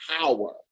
power